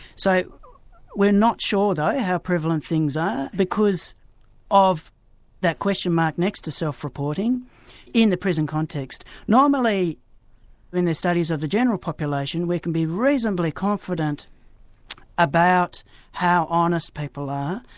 so we're not sure though how prevalent things are because of that question mark next to self-reporting in the prison context. normally when there's studies of general population, we can be reasonably confident about how honest people are,